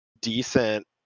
decent